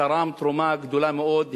ותרם תרומה גדולה מאוד.